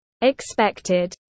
expected